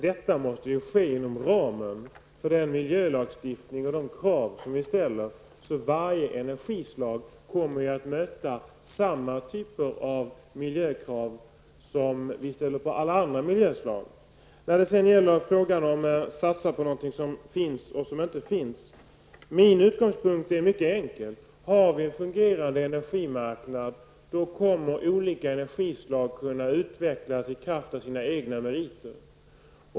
Detta måste ske inom ramen för den miljölagstiftning och de krav som vi ställer. Varje energislag kommer därför att möta samma typ av miljökrav. När det sedan gäller frågan att satsa på någonting som finns resp. inte finns så är min utgångspunkt mycket enkel. Har vi en fungerande energimarknad så kommer olika energislag att kunna utvecklas i kraft av sina egna meriter.